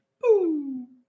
Boom